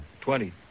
Twenty